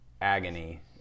agony